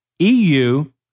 E-U